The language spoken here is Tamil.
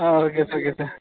ah okay sir okay sir